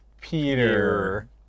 Peter